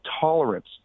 tolerance